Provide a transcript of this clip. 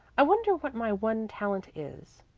i wonder what my one talent is.